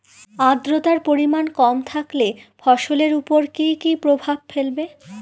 আদ্রর্তার পরিমান কম থাকলে ফসলের উপর কি কি প্রভাব ফেলবে?